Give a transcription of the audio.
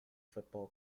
football